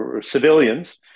civilians